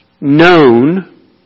known